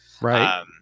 Right